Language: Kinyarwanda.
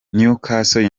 newcastle